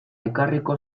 ekarriko